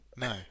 No